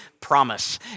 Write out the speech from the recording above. promise